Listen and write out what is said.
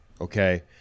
Okay